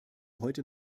heute